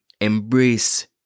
Embrace